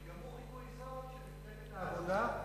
שגם הוא חיקוי זול של מפלגת העבודה,